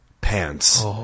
pants